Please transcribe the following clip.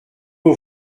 aux